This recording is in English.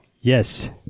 Yes